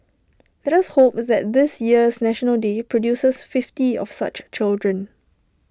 let us hope that this year's National Day produces fifty of such children